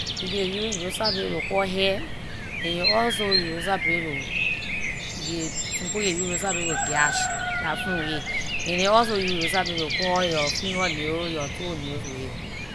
You can use razor blade to cut hair, and you also use razor blade to you can- some people can use razor blade to gash their friends with with it; and dey also use razor blade to cut yor finger nails yor toes nails with it.